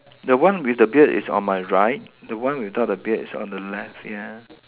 the one with the beard is on my right the one without the beard is on the left ya